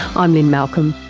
i'm lynne malcolm,